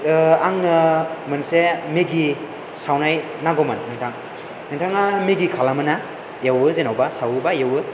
आंनो मोनसे मेगि सानाय सावनाय नांगौमोन नोंथां नोंथाङा मेगि खालामोना एवो जेन'बा सावो एबा एवो